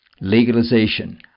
legalization